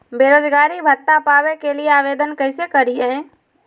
बेरोजगारी भत्ता पावे के लिए आवेदन कैसे करियय?